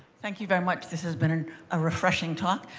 thank you very much. this has been and a refreshing talk.